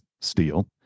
steel